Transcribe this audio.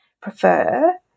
prefer